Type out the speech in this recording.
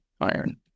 iron